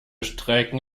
strecken